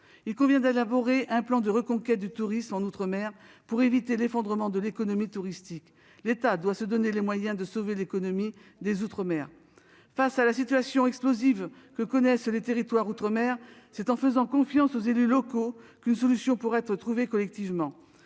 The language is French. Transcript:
Il convient d'élaborer un plan de reconquête du tourisme en outre-mer, pour éviter l'effondrement de l'économie touristique. L'État doit se donner les moyens de sauver l'économie des outre-mer. Face à la situation explosive que connaissent les territoires d'outre-mer, il convient de faire confiance aux élus locaux, pour trouver, collectivement,